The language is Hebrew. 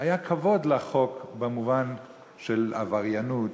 היה כבוד לחוק במובן של עבריינות,